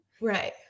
Right